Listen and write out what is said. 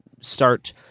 start